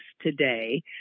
today